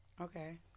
Okay